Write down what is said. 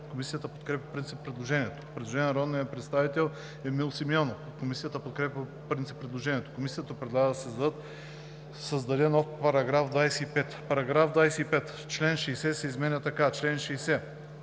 Комисията подкрепя по принцип предложението. Предложение на народния представител Емил Симеонов. Комисията подкрепя по принцип предложението. Комисията предлага да се създаде нов § 25: „§ 25. Член 60 се изменя така: „Чл. 60.